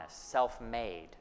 self-made